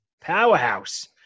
Powerhouse